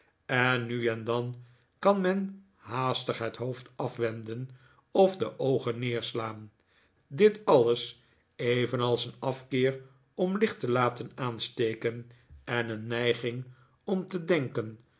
en nu en dan kan men haastig let hoofd afwenden of de oogen neerslaan dit alles evenals een afkeer om licht te laten aansteken en een neiging om te denken